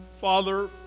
Father